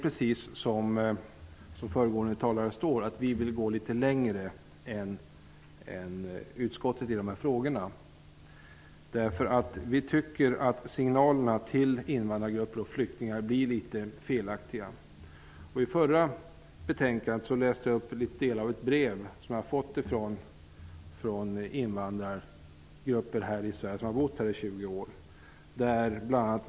Precis som föregående talare sade vill vi gå litet längre än utskottet. Vi tycker att signalerna till invandrargrupper och flyktingar är litet felaktiga. När socialförsäkringsutskottets betänkande nr 14 diskuterades läste jag upp delar av ett brev som jag har fått från invandrare som har bott här i Sverige i 20 år.